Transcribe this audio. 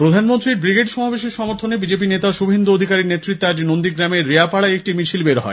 প্রধানমন্ত্রীর ব্রিগেড সমাবেশের সমর্থনে বিজেপি নেতা শুভেন্দু অধিকারীর নেতৃত্বে আজ নন্দীগ্রামে একটি মিছিল বের হয়